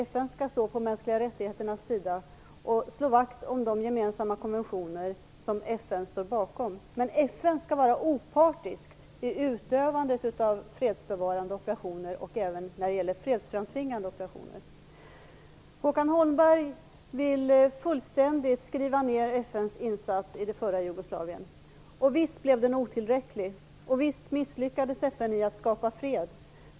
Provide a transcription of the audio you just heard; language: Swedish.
FN skall stå på de mänskliga rättigheternas sida och slå vakt om de gemensamma konventioner som FN står bakom. Däremot skall FN vara opartiskt vid utövandet av fredsbevarande operationer och även när det gäller fredsframtvingande operationer. Håkan Holmberg vill fullständigt skriva ned FN:s insats i f.d. Jugoslavien. Visst blev insatsen otillräcklig och visst misslyckades FN med att skapa fred.